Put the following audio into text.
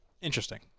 Interesting